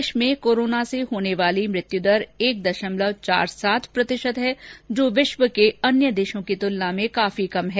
देश में कोरोना से होने वाली मृत्यु दर एक दशमलव चार सात प्रतिशत है जो विश्व के अन्य देशों की तुलना में काफी कम है